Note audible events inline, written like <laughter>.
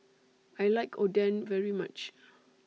I like Oden very much <noise>